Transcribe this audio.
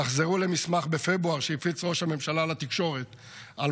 תחזרו למסמך שהפיץ ראש הממשלה לתקשורת בפברואר,